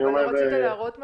אבל לא רצית להראות משהו?